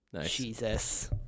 Jesus